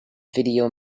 video